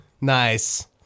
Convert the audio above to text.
Nice